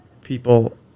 people